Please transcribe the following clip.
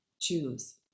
Choose